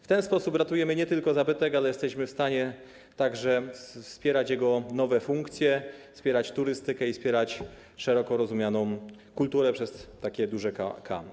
W ten sposób ratujemy nie tylko zabytek, ale jesteśmy w stanie także wspierać jego nowe funkcje, wspierać turystykę i szeroko rozumianą kulturę przez duże K.